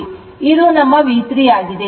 ನಮ್ಮ ಇದು ನಮ್ಮ V3 ಆಗಿದೆ